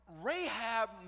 Rahab